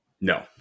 No